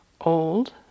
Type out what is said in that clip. old